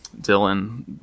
Dylan